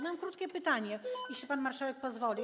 Mam krótkie pytanie, jeśli pan marszałek pozwoli.